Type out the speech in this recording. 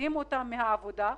הוציאו אותם מהעבודה,